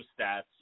stats